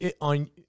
on